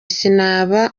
sinaba